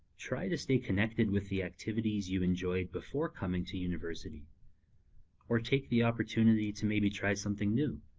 try to stay connected with the activities you enjoyed before coming to university or take the opportunity to maybe try something new.